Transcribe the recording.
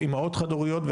אימהות חד הוריות,